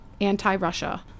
anti-Russia